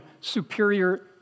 superior